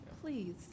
please